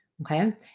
Okay